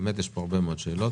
באמת עולות פה הרבה מאוד שאלות.